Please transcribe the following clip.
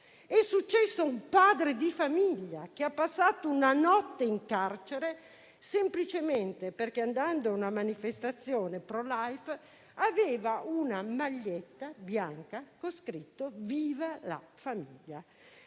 È successo a un padre di famiglia, che ha passato una notte in carcere semplicemente perché, andando a una manifestazione *prolife*, aveva una maglietta bianca con scritto «Viva la famiglia».